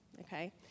okay